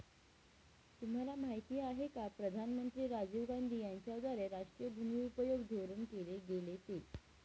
तुम्हाला माहिती आहे का प्रधानमंत्री राजीव गांधी यांच्याद्वारे राष्ट्रीय भूमि उपयोग धोरण तयार केल गेलं ते?